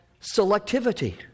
selectivity